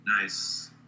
Nice